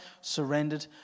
surrendered